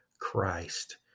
Christ